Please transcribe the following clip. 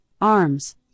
Arms